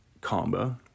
combo